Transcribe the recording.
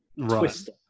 Twister